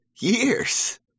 years